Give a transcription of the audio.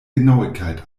genauigkeit